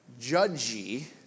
judgy